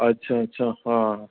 अच्छा अच्छा हा